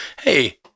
hey